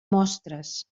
mostres